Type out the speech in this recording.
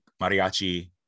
mariachi